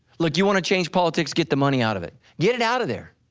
look, you wanna change politics, get the money out of it, get it out of there,